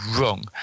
wrong